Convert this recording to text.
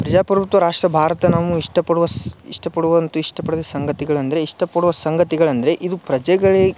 ಪ್ರಜಾಪ್ರಭುತ್ವ ರಾಷ್ಟ್ರ ಭಾರತ ನಾವು ಇಷ್ಟಪಡುವಸ್ ಇಷ್ಟ ಪಡುವಂಥಾ ಇಷ್ಟಪಡದ ಸಂಗತಿಗಳಂದರೆ ಇಷ್ಟಪಡುವ ಸಂಗತಿಗಳಂದರೆ ಇದು ಪ್ರಜೆಗಳಿಗೆ